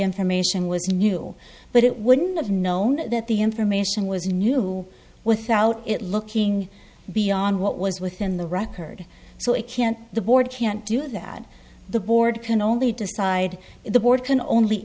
information was new but it wouldn't have known that the information was new without it looking beyond what was within the record so it can't the board can't do that the board can only decide if the board can only